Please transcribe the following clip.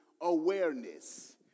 awareness